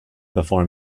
before